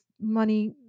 money